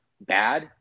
bad